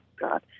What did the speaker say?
God